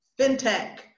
fintech